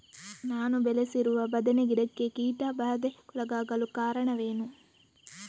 ನಾನು ಬೆಳೆಸಿರುವ ಬದನೆ ಗಿಡಕ್ಕೆ ಕೀಟಬಾಧೆಗೊಳಗಾಗಲು ಕಾರಣವೇನು?